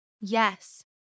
Yes